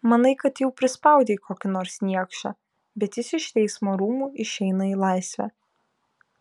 manai kad jau prispaudei kokį nors niekšą bet jis iš teismo rūmų išeina į laisvę